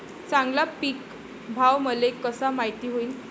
चांगला पीक भाव मले कसा माइत होईन?